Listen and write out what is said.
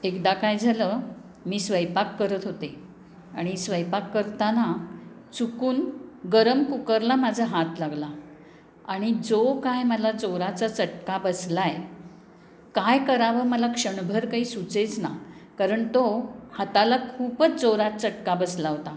एकदा काय झालं मी स्वयंपाक करत होते आणि स्वयंपाक करताना चुकून गरम कुकरला माझा हात लागला आणि जो काय मला जोराचा चटका बसला आहे काय करावं मला क्षणभर काही सुचेच ना कारण तो हाताला खूपच जोरात चटका बसला होता